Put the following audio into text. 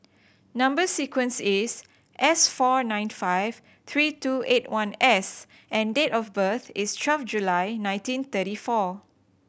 number sequence is S four nine five three two eight one S and date of birth is twelve July nineteen thirty four